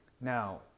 Now